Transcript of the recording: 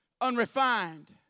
unrefined